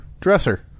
dresser